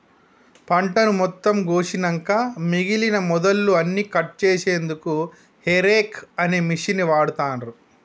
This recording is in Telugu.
పంటను మొత్తం కోషినంక మిగినన మొదళ్ళు అన్నికట్ చేశెన్దుకు హేరేక్ అనే మిషిన్ని వాడుతాన్రు